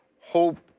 hope